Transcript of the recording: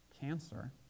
cancer